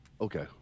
Okay